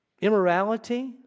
immorality